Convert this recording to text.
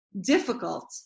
difficult